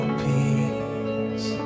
peace